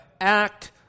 act